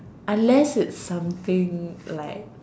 unless it's something like